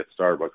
Starbucks